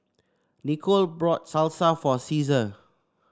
Nichol brought Salsa for Ceasar